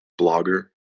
blogger